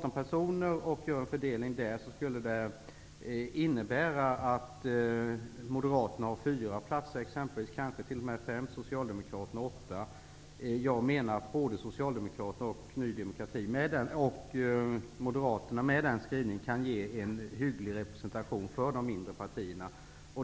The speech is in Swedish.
Om det är 18 platser som skall fördelas innebär det att Moderaterna får fyra, kanske t.o.m. fem, platser och Socialdemokraterna åtta. Socialdemokraterna och Moderaterna kan, med denna skrivning, ge en hygglig representation för de mindre partierna.